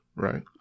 Right